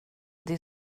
det